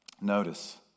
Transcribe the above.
notice